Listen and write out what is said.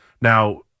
Now